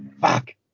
Fuck